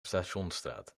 stationsstraat